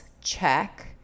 check